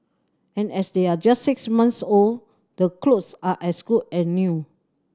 and as they're just six months old the clothes are as good as new